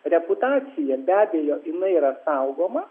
reputacija be abejo jinai yra saugoma